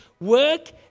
work